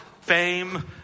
fame